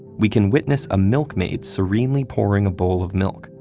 we can witness a milkmaid serenely pouring a bowl of milk,